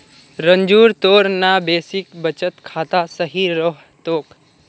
रंजूर तोर ना बेसिक बचत खाता सही रह तोक